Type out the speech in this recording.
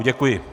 Děkuji.